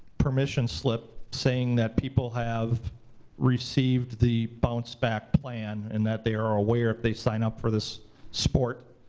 permission slip saying that people have received the bounce back plan, and that they are aware if they sign up for this sport,